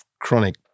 chronic